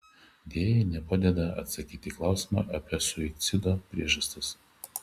deja ji nepadeda atsakyti į klausimą apie suicido priežastis